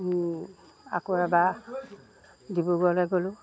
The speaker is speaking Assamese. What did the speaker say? আকৌ এবাৰ ডিব্ৰুগড়লৈ গ'লোঁ